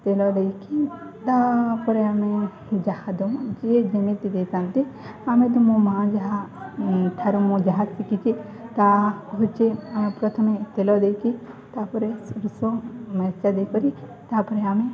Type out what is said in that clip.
ତେଲ ଦେଇକି ତାପରେ ଆମେ ଯାହା ଦେବୁ ଯିଏ ଯେମିତି ଦେଇଥାନ୍ତି ଆମେ ତ ମୋ ମା ଯାହା ଠାରୁ ମୁଁ ଯାହା ଶିଖିଛି ତାହା ହଉଛି ଆମେ ପ୍ରଥମେ ତେଲ ଦେଇକି ତାପରେ ସୋରିଷ ମିର୍ଚା ଦେଇକରି ତାପରେ ଆମେ